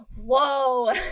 Whoa